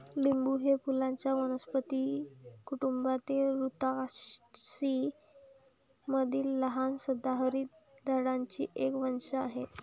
लिंबू हे फुलांच्या वनस्पती कुटुंबातील रुतासी मधील लहान सदाहरित झाडांचे एक वंश आहे